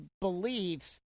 beliefs